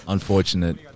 Unfortunate